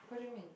what do you mean